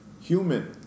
Human